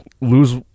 lose